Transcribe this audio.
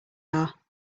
are